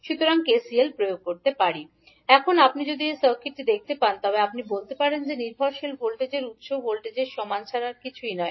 সুতরাং KCL প্রয়োগ এখন আপনি যদি এই সার্কিটটি দেখতে পান তবে আপনি বলতে পারেন যে নির্ভরশীল ভোল্টেজ উত্সের ভোল্টেজের সমান ছাড়া আর কিছুই নয়